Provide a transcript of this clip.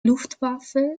luftwaffe